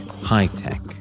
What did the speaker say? high-tech